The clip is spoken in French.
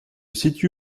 situe